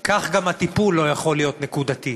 כך גם הטיפול לא יכול להיות נקודתי.